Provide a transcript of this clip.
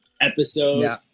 episode